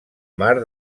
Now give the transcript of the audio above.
mar